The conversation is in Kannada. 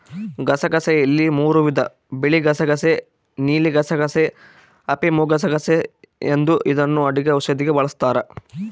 ಗಸಗಸೆಯಲ್ಲಿ ಮೂರೂ ವಿಧ ಬಿಳಿಗಸಗಸೆ ನೀಲಿಗಸಗಸೆ, ಅಫಿಮುಗಸಗಸೆ ಎಂದು ಇದನ್ನು ಅಡುಗೆ ಔಷಧಿಗೆ ಬಳಸ್ತಾರ